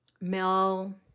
Mel